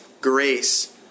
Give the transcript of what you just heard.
grace